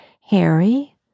Harry